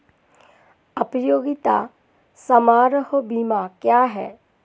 उपयोगिता समारोह बीमा क्या है?